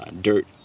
dirt